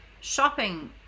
shopping